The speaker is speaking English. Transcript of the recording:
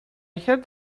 heard